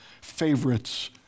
favorites